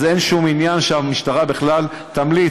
אז אין שום עניין שהמשטרה בכלל תמליץ.